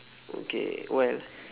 okay well